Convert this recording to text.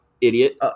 idiot